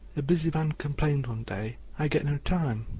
a busy man complained one day i get no time!